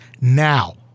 now